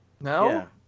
No